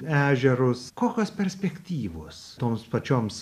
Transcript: ežerus kokios perspektyvos toms pačioms